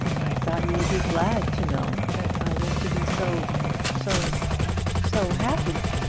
i thought you would be glad to know that i was to be so so so happy!